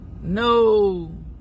No